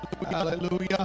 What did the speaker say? Hallelujah